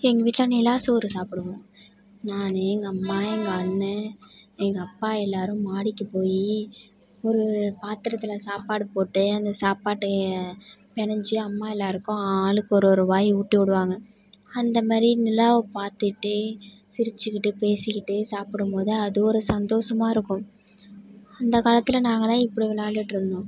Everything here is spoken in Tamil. எங்கள் வீட்டில் நிலா சோறு சாப்பிடுவோம் நான் எங்கள் அம்மா எங்கள் அண்ணே எங்கள் அப்பா எல்லோரும் மாடிக்கு போய் ஒரு பாத்திரத்தில் சாப்பாடு போட்டு அந்த சாப்பாட்டை பெனஞ்சு அம்மா எல்லோருக்கும் ஆளுக்கு ஒரு ஒரு வாய் ஊட்டி விடுவாங்க அந்த மாதிரி நிலாவை பார்த்துட்டே சிரிச்சுக்கிட்டு பேசிக்கிட்டு சாப்பிடும்போது ஒரு சந்தோஷமா இருக்கும் அந்த காலத்தில் நாங்களெலாம் இப்படி விளாண்டுகிட்டுருந்தோம்